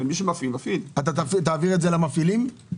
תעביר את זה למפעילים?